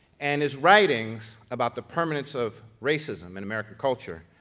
and his writings about the permanence of racism in american culture,